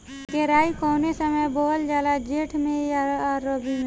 केराई कौने समय बोअल जाला जेठ मैं आ रबी में?